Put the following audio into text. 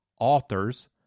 authors